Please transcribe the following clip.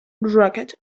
rocket